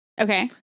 okay